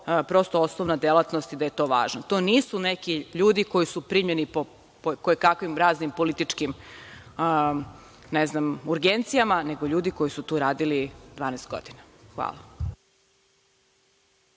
prosto osnovna delatnost i da je to važno. To nisu neki ljudi koji su primljeni po kojekakvim raznim političkim urgencijama, nego ljudi koji su tu radili dvanaest godina. Hvala.